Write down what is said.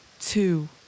two